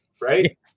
right